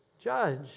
judge